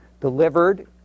delivered